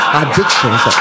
addictions